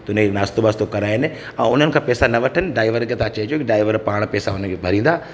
त उन खे नास्तो बास्तो कराइनि ऐं उन्हनि खां पैसा न वठनि डाईवर खे तव्हां चइजो की डाईवर पाण पैसा उन्हनि खे भरींदा